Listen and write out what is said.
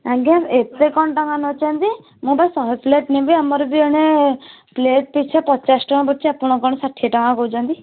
ଆଜ୍ଞା ଏତେ କ'ଣ ଟଙ୍କା ନେଉଛନ୍ତି ମୁଁ ବା ଶହେ ପ୍ଲେଟ୍ ନେବି ଆମର ବି ଏଣେ ପ୍ଲେଟ୍ ପିଛା ପଚାଶ ଟଙ୍କା ପଡ଼ୁଛି ଆପଣ କ'ଣ ଷାଠିଏ ଟଙ୍କା କହୁଛନ୍ତି